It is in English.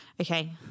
Okay